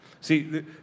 See